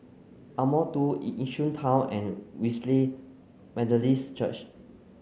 Ardmore two it Yishun Town and Wesley Methodist Church